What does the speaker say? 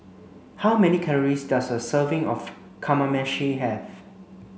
how many calories does a serving of Kamameshi have